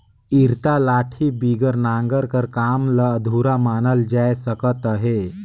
इरता लाठी बिगर नांगर कर काम ल अधुरा मानल जाए सकत अहे